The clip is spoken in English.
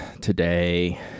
today